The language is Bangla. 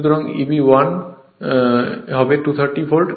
সুতরাং Eb1 হবে 230 ভোল্ট